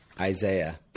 Isaiah